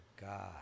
God